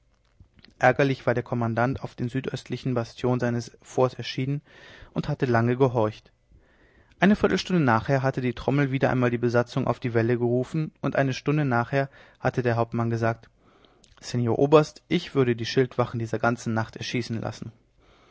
ärgerlich war der kommandant auf der südöstlichen bastion seines forts erschienen und hatte lange gehorcht eine viertelstunde nachher hatte die trommel wieder einmal die besatzung auf die wälle gerufen und eine stunde nachher hatte der hauptmann gesagt seor oberst ich würde die schildwachen dieser ganzen nacht erschießen lassen